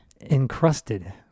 Encrusted